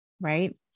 right